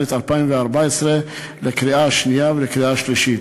התשע"ד 2014, לקריאה שנייה ולקריאה שלישית.